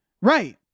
right